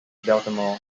baltimore